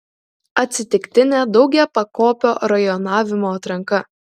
atsitiktinė daugiapakopio rajonavimo atranka